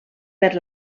per